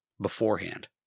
beforehand